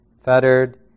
fettered